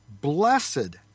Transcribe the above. blessed